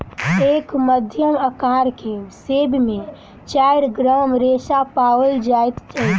एक मध्यम अकार के सेब में चाइर ग्राम रेशा पाओल जाइत अछि